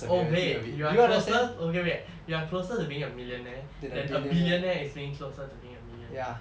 oh wait we are closer okay wait we are closer to being a millionaire than a billionaire is closer to being a millionaire